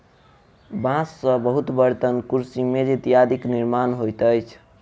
बांस से बहुत बर्तन, कुर्सी, मेज इत्यादिक निर्माण होइत अछि